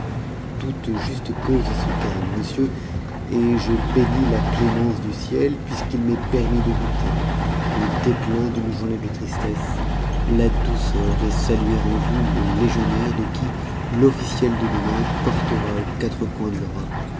toute juste cause se gagne monsieur et je bénis la clémence du ciel puisqu'il m'est permis de goûter au déclin d'une journée de tristesse la douceur de saluer en vous le légionnaire de qui l officiel de demain portera aux quatre coins de l'europe